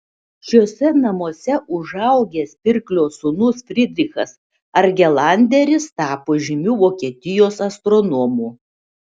šiuose namuose užaugęs pirklio sūnus frydrichas argelanderis tapo žymiu vokietijos astronomu